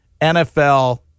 NFL